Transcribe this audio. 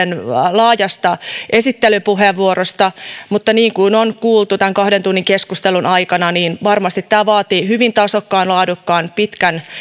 laajasta esittelypuheenvuorosta mutta niin kuin on kuultu tämän kahden tunnin keskustelun aikana varmasti tämä vaatii hyvin tasokkaan laadukkaan pitkän